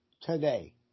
today